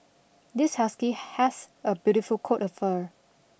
this husky has a beautiful coat of fur